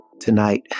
Tonight